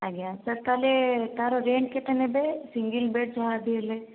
ଆଜ୍ଞା ସାର୍ ତାହେଲେ ତାର କେତେ ନେବେ ସିଙ୍ଗଲ୍ ବେଡ଼୍ ଯାହା ବି ହେଲେ